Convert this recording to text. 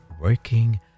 working